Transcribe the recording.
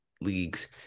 leagues